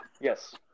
Yes